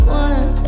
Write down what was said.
one